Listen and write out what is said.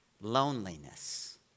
Loneliness